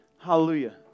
hallelujah